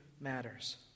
matters